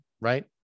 right